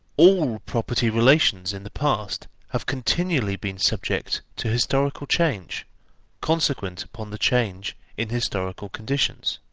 all property relations in the past have continually been subject to historical change consequent upon the change in historical conditions.